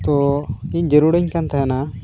ᱛᱚ ᱤᱧ ᱡᱟᱹᱨᱩᱲᱤᱧ ᱠᱟᱱ ᱛᱟᱦᱮᱱᱟ